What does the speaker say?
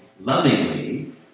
lovingly